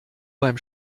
beim